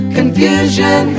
Confusion